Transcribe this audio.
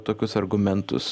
tokius argumentus